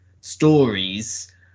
stories